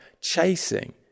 chasing